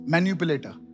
Manipulator